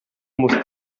muss